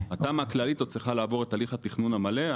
התמ"א הכללית עוד צריכה לעבור את הליך התכנון המלא.